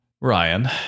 Ryan